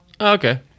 okay